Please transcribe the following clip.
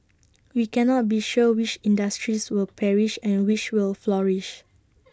we cannot be sure which industries will perish and which will flourish